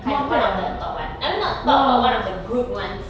kind of one of the top [one] I mean not top but one of the good ones